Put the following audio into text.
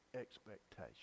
expectation